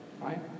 right